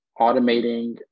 automating